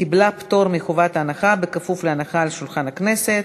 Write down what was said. קיבלה פטור מחובת הנחה בכפוף להנחה על שולחן הכנסת.